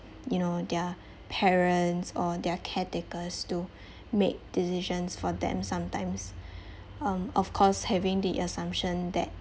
you know their parents or their caretakers to make decisions for them sometimes um of course having the assumption that